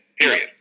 Period